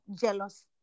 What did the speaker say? jealous